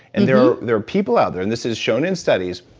and there are there are people out there, and this is shown in studies,